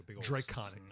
draconic